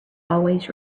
always